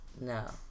No